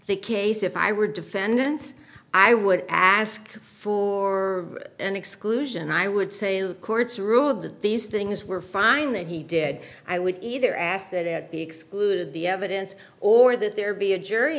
the case if i were defendants i would ask for an exclusion i would say the courts ruled that these things were fine that he did i would either ask that it be excluded the evidence or that there be a jury